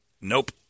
Nope